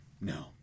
No